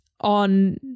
on